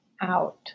out